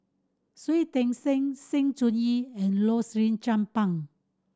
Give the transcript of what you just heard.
Shui Tit Sing Sng Choon Yee and Rosaline Chan Pang